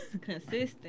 Consistent